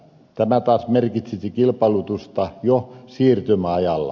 tämä taas merkitsisi kilpailutusta jo siirtymäajalla